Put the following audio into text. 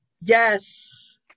Yes